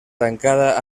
tancada